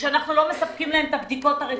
כשאנחנו לא מספקים להם את הבדיקות הרצויות.